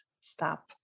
stop